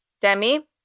Demi